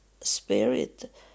spirit